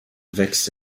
wächst